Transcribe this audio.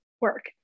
work